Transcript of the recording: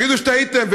תגידו שטעיתם,